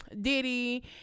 diddy